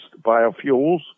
biofuels